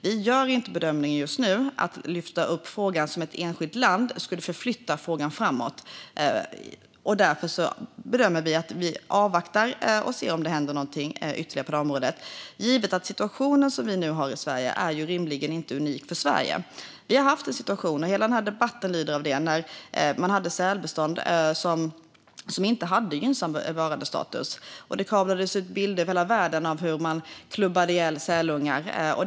Vi gör just nu inte bedömningen att det skulle förflytta frågan framåt om vi tar upp den som enskilt land. Vi bedömer att vi bör avvakta och se om det händer något ytterligare på området, givet att den situation som vi har på området rimligen inte är unik för Sverige. Vi har haft en situation - hela debatten lider av det - då sälbestånden inte hade gynnsam bevarandestatus. Över hela världen kablades det ut bilder av hur man klubbade ihjäl sälungar.